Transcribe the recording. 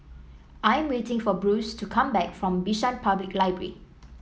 I'm waiting for Bruce to come back from Bishan Public Library